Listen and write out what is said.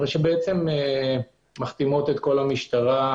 ומכתימות את כל המשטרה